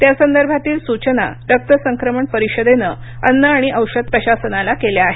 त्यासंदर्भातील सूचना रक्त संक्रमण परिषदेनं अन्न आणि औषध प्रशासनाला केल्या आहेत